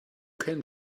can